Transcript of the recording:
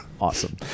awesome